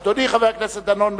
אדוני חבר הכנסת דנון,